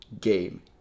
game